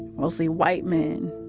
mostly white men